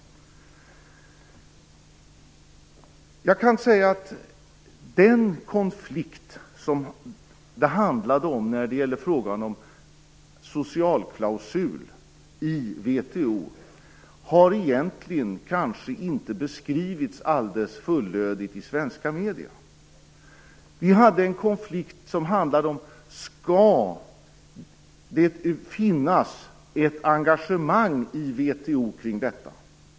Den konflikt som det handlade om när det gällde frågan om en socialklausul i VHO har egentligen kanske inte beskrivits alldeles fullödigt i svenska medier. Vi hade en konflikt som handlade om ifall det skall finnas ett engagemang i VHO för detta.